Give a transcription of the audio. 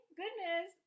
goodness